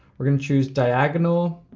we're gonna choose diagonal,